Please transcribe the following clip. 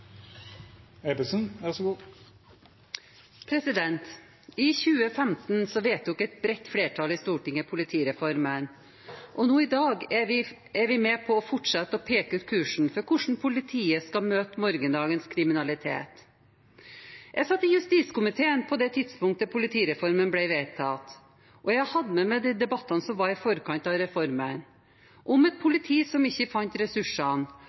I 2015 vedtok et bredt flertall i Stortinget politireformen, og nå i dag er vi med på fortsatt å peke ut kursen for hvordan politiet skal møte morgendagens kriminalitet. Jeg satt i justiskomiteen på det tidspunktet politireformen ble vedtatt, og jeg hadde med meg de debattene som var i forkant av reformen – om et politi som ikke fant ressursene,